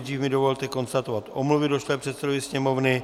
Nejdříve mi dovolte konstatovat omluvy došlé předsedovi Sněmovny.